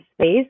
space